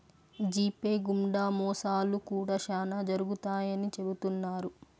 GPay గుండా మోసాలు కూడా శ్యానా జరుగుతాయని చెబుతున్నారు